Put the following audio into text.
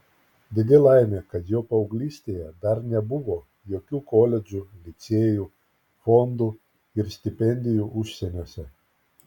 didi laimė kad jo paauglystėje dar nebuvo jokių koledžų licėjų fondų ir stipendijų užsieniuose